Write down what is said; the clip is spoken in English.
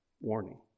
Warning